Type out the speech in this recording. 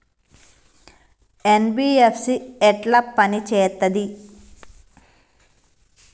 NBFC ఎట్ల పని చేత్తది?